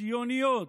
ציוניות,